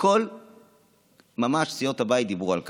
ממש מכל סיעות הבית דיברו על כך.